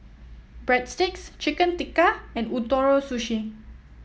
Breadsticks Chicken Tikka and Ootoro Sushi